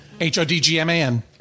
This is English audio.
H-O-D-G-M-A-N